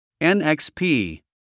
NXP